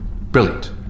Brilliant